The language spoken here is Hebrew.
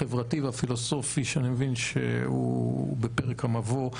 החברתי והפילוסופי שאני מבין שהוא בפרק המבוא,